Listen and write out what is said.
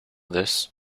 this